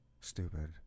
Stupid